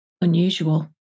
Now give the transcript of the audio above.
unusual